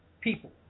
people